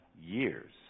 years